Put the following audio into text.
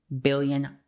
billion